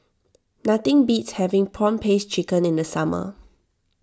nothing beats having Prawn Paste Chicken in the summer